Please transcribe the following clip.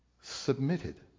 submitted